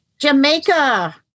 Jamaica